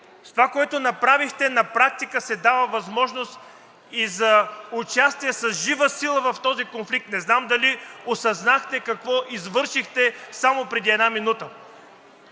това, което направихте, на практика се дава и възможност за участие с жива сила в този конфликт. Не знам дали осъзнахте какво извършихте само преди една минута?!